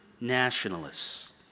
nationalists